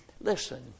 Listen